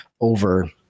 over